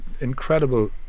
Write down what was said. incredible